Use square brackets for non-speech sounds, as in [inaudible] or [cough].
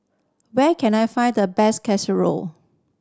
where can I find the best [unintelligible]